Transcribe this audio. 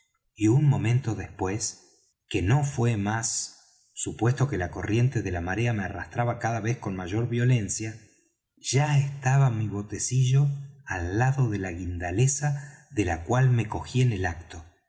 y un momento después que no fué más supuesto que la corriente de la marea me arrastraba cada vez con mayor violencia ya estaba mi botecillo al lado de la guindaleza de la cual me cogí en el acto